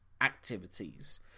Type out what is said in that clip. activities